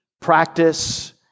practice